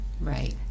right